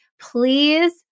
please